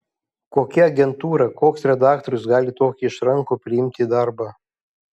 kokia agentūra koks redaktorius gali tokį išrankų priimti į darbą